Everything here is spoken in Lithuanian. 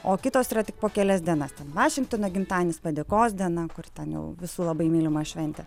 o kitos yra tik po kelias dienas ten vašingtono gimtadienis padėkos diena kur ten jau visų labai mylima šventė